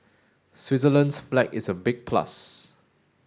Switzerland's flag is a big plus